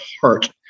heart